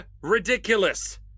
ridiculous